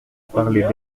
parlaient